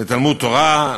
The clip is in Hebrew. לתלמוד-תורה,